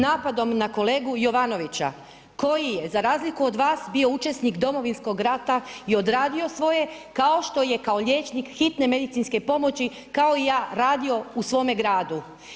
napadom na kolegu Jovanovića koji je za razliku od vas bio učesnik Domovinskog rata i odradio svoje kao što je kao liječnik hitne medicinske pomoći kao i ja radio u svome gradu.